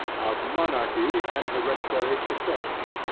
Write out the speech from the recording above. of monarchy and hereditary succession